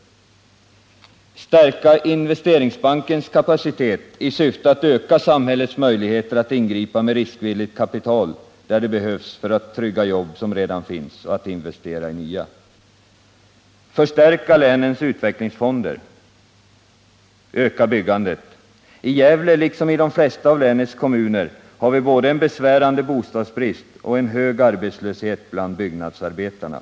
— Stärka Investeringsbankens kapacitet i syfte att öka samhällets möjligheter att ingripa med riskvilligt kapital där det behövs för att trygga jobb som redan finns och investera i nya. — Öka byggandet. I Gävle liksom i de flesta av länets kommuner har vi både en besvärande bostadsbrist och en hög arbetslöshet bland byggnadsarbetarna.